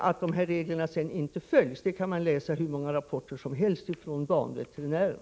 Att dessa regler sedan inte följs framgår av en stor mängd rapporter från banveterinärerna.